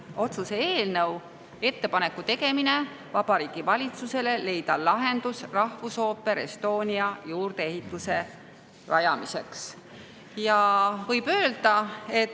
otsuse "Ettepaneku tegemine Vabariigi Valitsusele leida lahendus rahvusooper Estonia juurdeehituse rajamiseks" eelnõu. Võib öelda, et